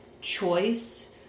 choice